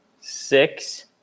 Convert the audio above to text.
six